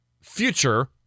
future